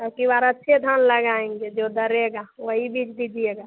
अबकी बार अच्छे धान लगाएँगे जो दरेगा वही बीज दीजिएगा